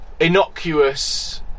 innocuous